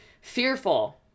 fearful